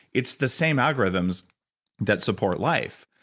it's the same algorithms that support life,